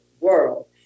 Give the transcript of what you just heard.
world